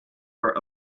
were